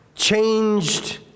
changed